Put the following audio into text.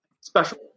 special